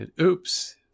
Oops